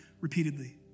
repeatedly